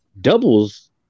doubles